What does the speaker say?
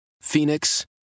Phoenix